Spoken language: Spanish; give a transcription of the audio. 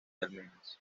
almenas